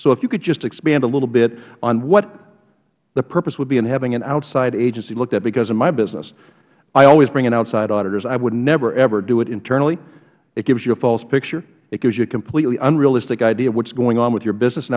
so if you could just expand a little bit in what the purpose would be in having an outside agency looked at because in my business i always bring in outside auditors i would never ever do it internally it gives you a false picture it gives you a completely unrealistic idea of what is going on with your business and